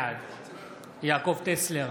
בעד יעקב טסלר,